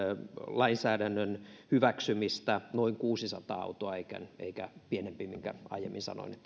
lainsäädännön hyväksymistä noin kuusisataa autoa eikä eikä pienempi kuten aiemmin sanoin